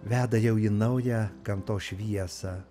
veda jau į naują gamtos šviesą